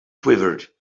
quivered